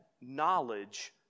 knowledge